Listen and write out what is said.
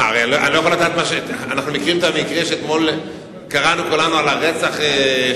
אנחנו מכירים את המקרה שאתמול קראנו, על הרצח.